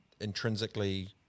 intrinsically